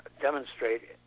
demonstrate